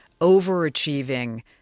overachieving